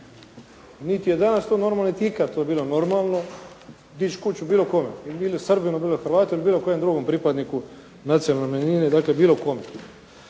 Niti je danas to normalno, niti je ikad to bilo normalno dić' kuću bilo kome, bilo Srbinu, bilo Hrvatu ili bilo kojem drugom pripadniku nacionalne manjine. Dakle, bilo kome.